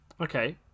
Okay